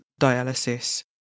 dialysis